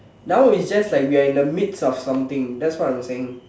now we just like we are in the midst of something that's what I'm saying